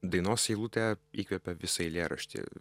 dainos eilutė įkvepia visą eilėraštį